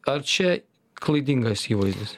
ar čia klaidingas įvaizdis